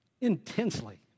Intensely